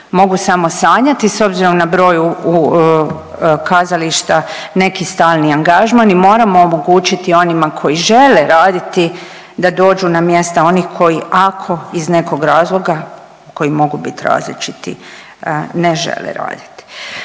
mogu samo sanjati s obzirom na broj kazališta neki stalni angažman i moramo omogućiti onima koji žele raditi da dođu na mjesta onih koji ako iz nekog razloga koji mogu bit različiti ne žele raditi.